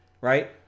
right